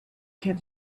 can